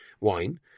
wine